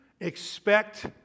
expect